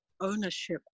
ownership